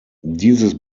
dieses